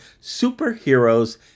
superheroes